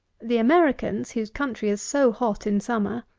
the americans, whose country is so hot in summer,